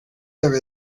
there